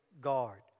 guard